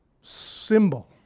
symbol